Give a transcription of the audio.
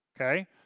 Okay